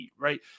right